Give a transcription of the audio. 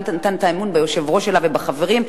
נתן את האמון ביושב-ראש שלה ובחברים,